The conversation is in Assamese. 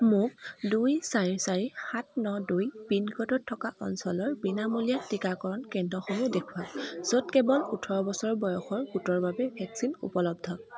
মোক দুই চাৰি চাৰি সাত ন দুই পিনক'ডত থকা অঞ্চলৰ বিনামূলীয়া টীকাকৰণ কেন্দ্ৰসমূহ দেখুৱাওক য'ত কেৱল ওঠৰ বছৰ বয়সৰ গোটৰ বাবে ভেকচিন উপলব্ধ